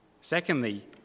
Secondly